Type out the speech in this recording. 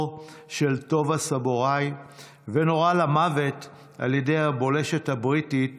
של טובה סבוראי ונורה למוות על ידי הבולשת הבריטית